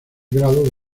grado